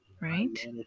right